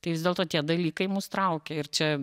tai vis dėlto tie dalykai mus traukia ir čia